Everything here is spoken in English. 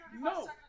No